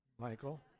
Michael